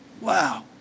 Wow